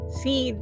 see